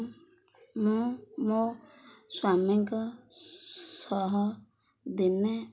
ମୁଁ ମୋ ସ୍ୱାମୀଙ୍କ ସହ ଦିନେ